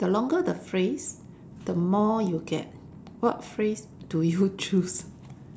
the longer the phrase the more you get what phrase do you choose